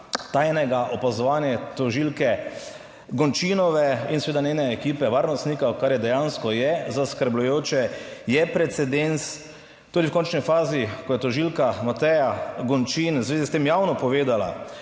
tajnega opazovanje tožilke Gončinove in seveda njene ekipe varnostnikov, kar je dejansko, je zaskrbljujoče, je precedens tudi v končni fazi, ko je tožilka Mateja Gončin v zvezi s tem javno povedala;